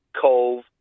Cove